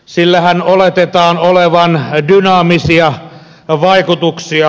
sillähän oletetaan olevan dynaamisia vaikutuksia